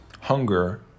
hunger